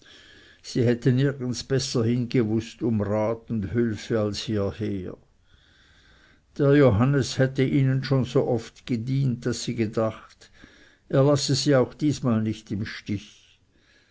sie hätte nirgends besser hingewußt um rat und hülfe als hieher der johannes hätte ihnen schon so oft gedienet daß sie gedacht er lasse sie diesmal auch nicht im stich